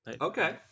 Okay